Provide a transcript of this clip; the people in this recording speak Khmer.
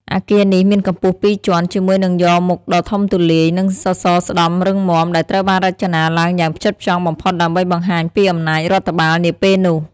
អគារនេះមានកម្ពស់ពីរជាន់ ជាមួយនឹងយ៉រមុខដ៏ធំទូលាយ និងសសរស្ដម្ភរឹងមាំ ដែលត្រូវបានរចនាឡើងយ៉ាងផ្ចិតផ្ចង់បំផុតដើម្បីបង្ហាញពីអំណាចរដ្ឋបាលនាពេលនោះ។